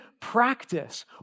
practice